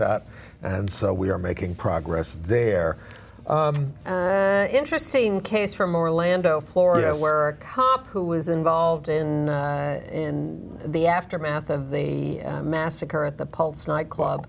that so we are making progress there interesting case from orlando florida where a cop who was involved in in the aftermath of the massacre at the pulse nightclub